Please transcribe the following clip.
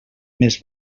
més